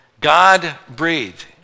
God-breathed